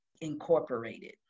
Incorporated